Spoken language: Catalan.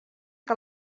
que